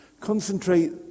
concentrate